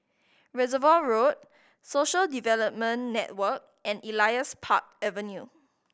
Reservoir Road Social Development Network and Elias Park Avenue